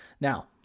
Now